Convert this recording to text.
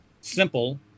simple